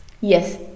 Yes